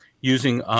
using